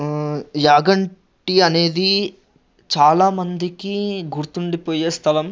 యాగంటి అనేది చాలా మందికి గుర్తుండిపోయే స్థలం